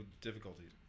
difficulties